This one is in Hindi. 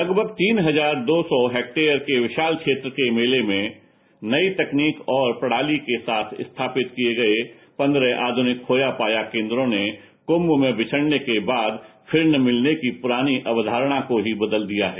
लगभग तीन हजार दो सौ हेक्टेयर के विशाल क्षेत्र के मेले में नई तकनीकी और प्रणाली के साथ स्थापित किए गये पन्द्रह आधनिक खोया पाया केन्द्रों ने कुम्म में बिछड़ने के बाद फिर न मिलने की पुरानी पूरी अवधारणा को ही बदल दिया है